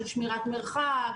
של שמירת מרחק,